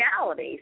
reality